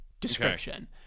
description